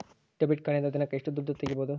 Debit ಕಾರ್ಡಿನಿಂದ ದಿನಕ್ಕ ಎಷ್ಟು ದುಡ್ಡು ತಗಿಬಹುದು?